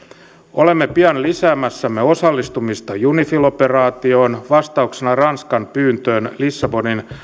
olemme pian lisäämässä osallistumistamme unifil operaatioon vastauksena ranskan pyyntöön lissabonin